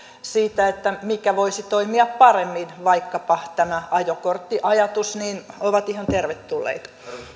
siitä että mikä voisi toimia paremmin vaikkapa tämä ajokorttiajatus ovat ihan tervetulleita